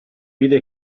vide